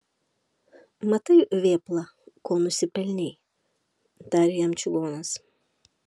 matai vėpla ko nusipelnei tarė jam čigonas